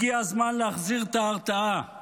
הגיע הזמן להחזיר את ההרתעה,